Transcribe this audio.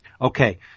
Okay